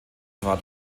zwar